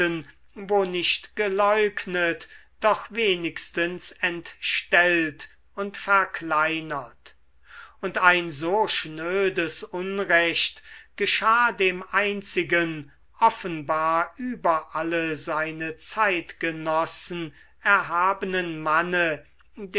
wo nicht geleugnet doch wenigstens entstellt und verkleinert und ein so schnödes unrecht geschah dem einzigen offenbar über alle seine zeitgenossen erhabenen manne